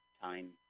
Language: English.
time